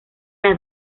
las